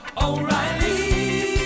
O'Reilly